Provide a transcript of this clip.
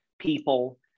people